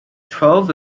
twelve